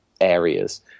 areas